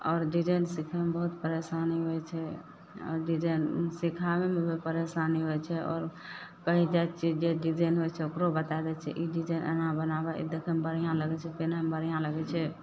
और डिजाइन सीखयमे बहुत परेशानी होइ छै आओर डिजाइन सीखाबयमे भी परेशानी होइ छै आओर कहीं जाइ छियै जे डिजाइन होइ छै ओकरो बताय दै छियै ई डिजाइन एना बनाबऽ ई देखयमे बढ़िआँ लगय छै पीन्हयमे बढ़िआँ लगय छै